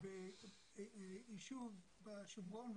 ביישוב בשומרון,